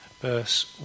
verse